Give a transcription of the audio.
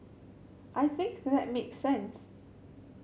I think that makes sense